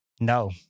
No